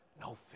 No